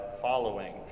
following